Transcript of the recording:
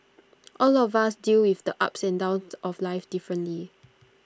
all of us deal with the ups and downs of life differently